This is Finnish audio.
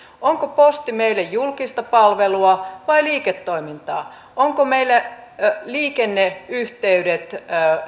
onko posti meille julkista palvelua vai liiketoimintaa niin ovatko meille liikenneyhteydet